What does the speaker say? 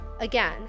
again